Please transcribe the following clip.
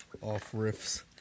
off-riffs